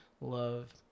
love